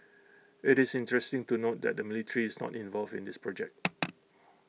IT is interesting to note that the military is not involved in this project